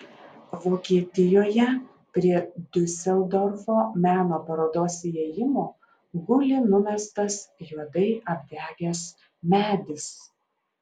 vokietijoje prie diuseldorfo meno parodos įėjimo guli numestas juodai apdegęs medis